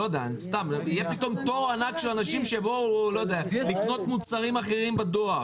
יהיה פתאום תור ענק של אנשים שיבואו לקנות מוצרים אחרים בדואר,